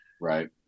Right